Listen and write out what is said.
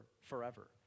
forever